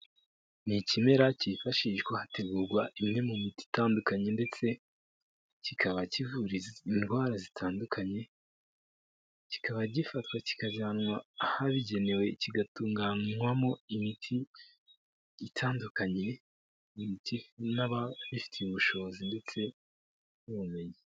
Ni ikimera kifashishwa hategurwa imwe mu miti itandukanye ndetse kikaba kivura indwara zitandukanye, kikaba gifatwa kikajyanwa ahabigenewe kigatunganywamo imiti itandukanye n'ababifitiye ubushobozi ndetse n'ubumenyi.